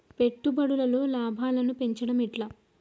పెట్టుబడులలో లాభాలను పెంచడం ఎట్లా?